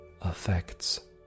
affects